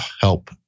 help